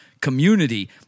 community